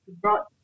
brought